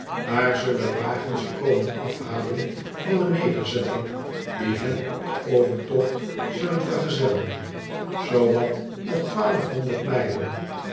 daar zullen wagens ze komen afhalen van de nederzetting die hen op den overtocht zullen vergezellen zoo wat nog twaalfhonderd mijlen